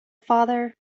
father